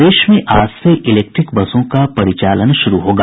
प्रदेश में आज से इलेक्ट्रिक बसों का परिचालन शुरू होगा